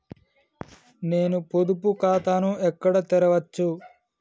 నేను పొదుపు ఖాతాను ఎక్కడ తెరవచ్చు?